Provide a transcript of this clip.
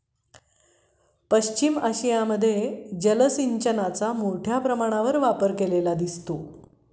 पश्चिम आशियामध्ये पूर सिंचनाचा मोठ्या प्रमाणावर वापर केलेला दिसतो